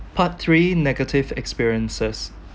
part three negative experiences